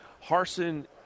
Harson